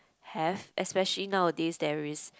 have especially nowadays there is